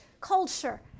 culture